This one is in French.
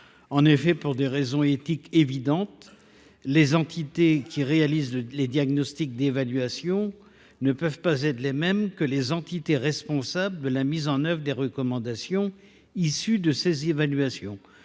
En effet, pour des raisons éthiques évidentes, les entités qui réalisent les diagnostics d’évaluation ne peuvent pas être les mêmes que les entités responsables de la mise en œuvre des recommandations résultant de ces évaluations.